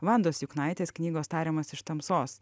vandos juknaitės knygos tariamas iš tamsos